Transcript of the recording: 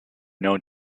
known